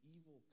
evil